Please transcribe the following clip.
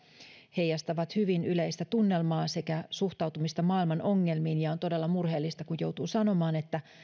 heijastavat hyvin yleistä tunnelmaa sekä suhtautumista maailman ongelmiin ja on todella murheellista kun joutuu sanomaan että